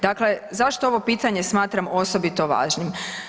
Dakle, zašto ovo pitanje smatram osobito važnim?